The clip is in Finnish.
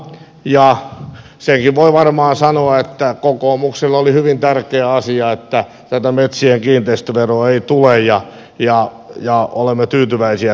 ja senkin voi varmaan sanoa että kokoomukselle oli hyvin tärkeä asia että tätä metsien kiinteistöveroa ei tule ja olemme tyytyväisiä että se tavoite myöskin saavutettiin